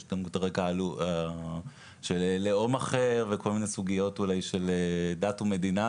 יש את הרקע של לאום אחר וכל מיני סוגיות אולי של דת ומדינה,